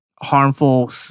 harmful